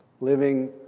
living